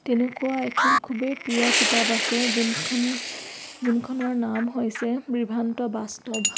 তেনেকুৱা এখন খুবেই প্ৰিয় কিতাপ আছে যোনখন যোনখনৰ নাম হৈছে বিভ্ৰান্ত বাস্তৱ